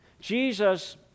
Jesus